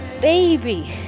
baby